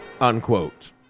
unquote